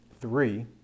Three